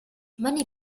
many